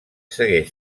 segueix